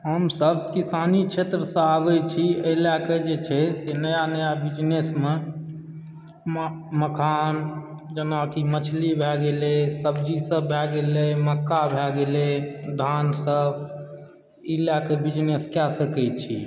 हमसभ किसानी क्षेत्रसँ आबैत छी एहि लएकऽ जे छै से नया नया बिजनेसमऽ मखान जेनाकि मछली भए गेलय सब्जीसभ भए गेलय मक्का भए गेलय धानसभ ई लएकऽ बिजनेस कए सकैत छी